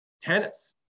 tennis